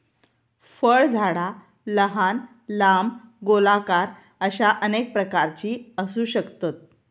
फळझाडा लहान, लांब, गोलाकार अश्या अनेक प्रकारची असू शकतत